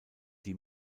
die